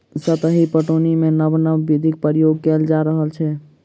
सतही पटौनीमे नब नब विधिक प्रयोग कएल जा रहल अछि